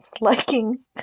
liking